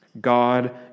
God